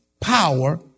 Power